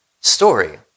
story